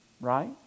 right